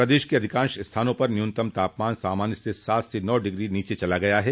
प्रदेश के अधिकांश स्थानों पर न्यूनतम तापमान सामान्य से सात से नौ डिग्री नीचे चला गया है